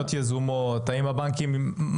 האם הבנקים עשו פניות יזומות?